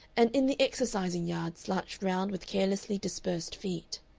and in the exercising-yard slouched round with carelessly dispersed feet.